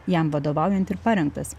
jam vadovaujant ir parengtas